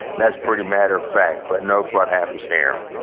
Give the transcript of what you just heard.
that's pretty matter of fact, but note what happens here,